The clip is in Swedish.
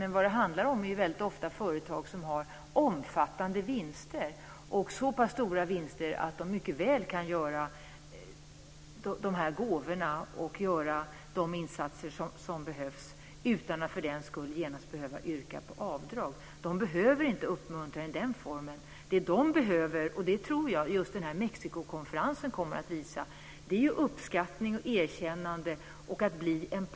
Men väldigt ofta handlar det om företag som har omfattande vinster - så pass stora vinster att de mycket väl kan ge de här gåvorna och göra de insatser som behövs utan att för den skull genast behöva yrka på avdrag. De behöver inte uppmuntran i den formen, utan vad de behöver - och det tror jag att Mexikokonferensen kommer att visa - är uppskattning och erkännande och att bli en part.